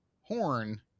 Horn